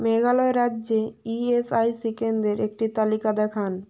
মেঘালয় রাজ্যে ইএসআইসি কেন্দ্রের একটি তালিকা দেখান